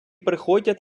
приходять